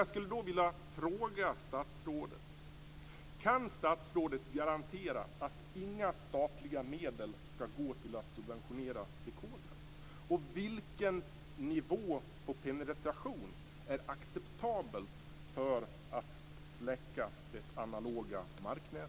Jag skulle då vilja fråga statsrådet: Kan statsrådet garantera att inga statliga medel ska gå till att subventionera dekodrar? Och vilken nivå på penetration är acceptabel för att släcka det analoga marknätet?